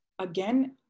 Again